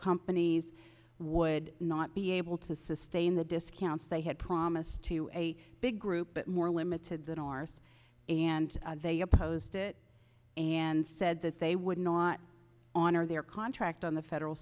companies would not be able to sustain the discounts they had promised to a big group but more limited than ours and they opposed it and said that they would not honor their contract on the federal